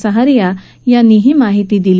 सहारिया यांनी ही माहिती दिली